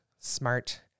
smart